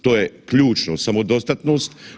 To je ključno samodostatnost.